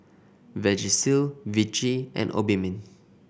Vagisil Vichy and Obimin